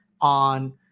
on